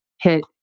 hit